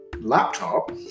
laptop